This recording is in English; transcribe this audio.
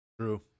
True